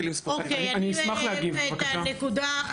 אוקיי, הבנו את הנקודה.